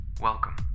Welcome